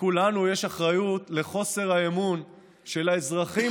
לכולנו יש אחריות לחוסר האמון של האזרחים